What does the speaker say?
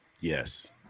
Yes